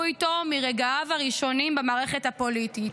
איתו מרגעיו הראשונים במערכת הפוליטית,